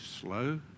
slow